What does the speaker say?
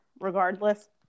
regardless